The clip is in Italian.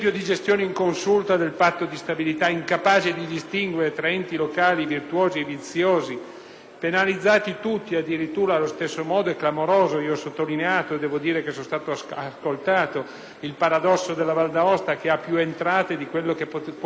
penalizzati tutti addirittura allo stesso modo, è clamoroso. Io stesso ho sottolineato - ma devo ammettere che sono stato ascoltato - il paradosso della Valle d'Aosta che ha più entrate di quello che può spendere e ha un avanzo di bilancio consistente che non può spendere. Ma a parte un ascolto